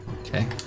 Okay